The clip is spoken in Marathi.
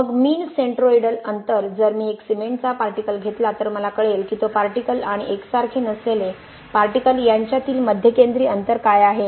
मग मीन सेंट्रोइडल अंतर जर मी एक सिमेंटचा पार्टिकलघेतला तर मला कळेल की तो पार्टिकलआणि एकसारखे नसलेले पार्टिकलयांच्यातील मध्यकेंद्रीय अंतर काय आहे